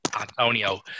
Antonio